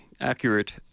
accurate